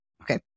Okay